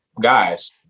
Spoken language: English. guys